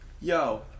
yo